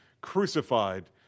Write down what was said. crucified